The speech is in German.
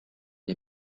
der